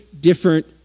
different